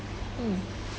mm